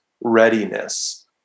readiness